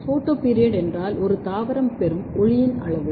photoperiod என்றால் ஒரு தாவரம் பெறும் ஒளியின் அளவு